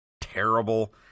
terrible